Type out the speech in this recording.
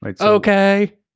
Okay